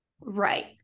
Right